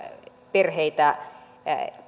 perheitä